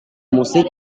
musik